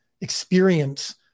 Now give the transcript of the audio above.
experience